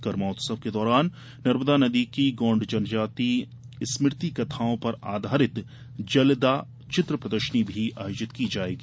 करमा उत्सव के दौरान नर्मदा नदी की गोण्ड जनजातीय स्मृति कथाओं पर आधारित जलदा चित्र प्रदर्शनी भी आयोजित की जायेगी